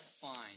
fine